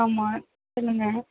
ஆமாம் சொல்லுங்க